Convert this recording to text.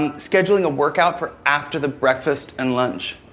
and scheduling a workout for after the breakfast and lunch.